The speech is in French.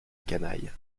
canaille